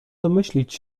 domyślić